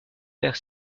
père